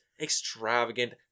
extravagant